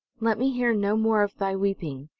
let me hear no more of thy weeping!